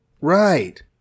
Right